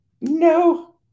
No